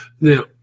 Now